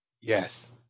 Yes